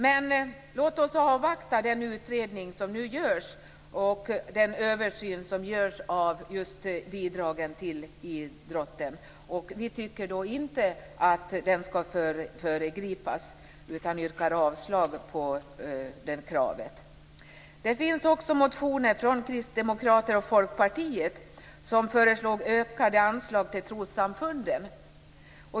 Men låt oss avvakta den utredning och den översyn som nu görs av bidragen till idrotten. Vi tycker inte att utredningen skall föregripas utan yrkar avslag på det kravet. Det finns också motioner från Kristdemokraterna och Folkpartiet, som föreslår ökade anslag till trossamfunden.